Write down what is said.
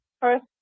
first